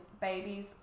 babies